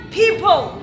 people